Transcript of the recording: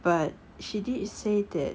but she did say that